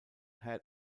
head